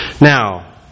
Now